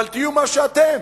אבל תהיו מה שאתם,